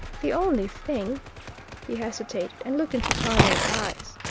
the only thing he hesitated and looked into tarling's eyes.